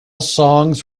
songs